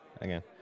Again